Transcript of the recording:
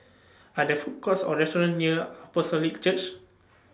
Are There Food Courts Or restaurants near Apostolic Church